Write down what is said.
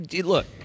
Look